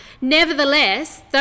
Nevertheless